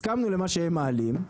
הסכמנו למה שהם מעלים,